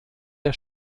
der